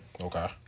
Okay